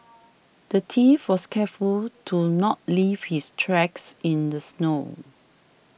the thief was careful to not leave his tracks in the snow